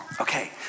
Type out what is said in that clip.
Okay